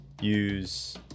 use